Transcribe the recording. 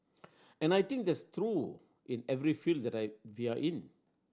and I think that's true in every field that are we are in